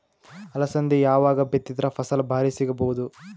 ಅಲಸಂದಿ ಯಾವಾಗ ಬಿತ್ತಿದರ ಫಸಲ ಭಾರಿ ಸಿಗಭೂದು?